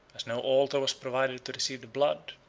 as no altar was provided to receive the blood,